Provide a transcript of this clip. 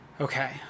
Okay